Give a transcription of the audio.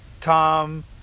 Tom